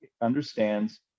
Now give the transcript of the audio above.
understands